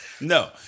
No